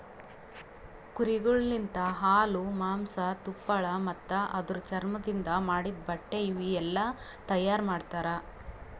ಕುರಿಗೊಳ್ ಲಿಂತ ಹಾಲು, ಮಾಂಸ, ತುಪ್ಪಳ ಮತ್ತ ಅದುರ್ ಚರ್ಮದಿಂದ್ ಮಾಡಿದ್ದ ಬಟ್ಟೆ ಇವುಯೆಲ್ಲ ತೈಯಾರ್ ಮಾಡ್ತರ